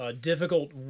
difficult